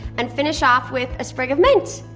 and finish off with a sprig of mint.